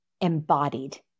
embodied